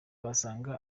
wasanga